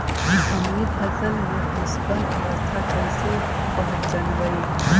हमनी फसल में पुष्पन अवस्था कईसे पहचनबई?